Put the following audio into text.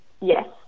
Yes